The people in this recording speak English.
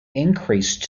increased